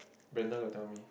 Brenda got tell me